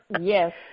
Yes